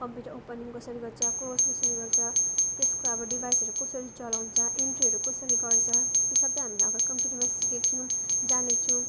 computer opening कसरी गर्छ close कसरी गर्छ त्यसको अब डिभाइसहरू कसरी चलाउँछ एन्ट्रीहरू कसरी गर्छ त्यो सबै हामीलाई अगाडि कम्प्युटरमा सिकेको छौँ जानेको छौँ